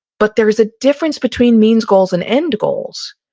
but there is a difference between means goals and end goals.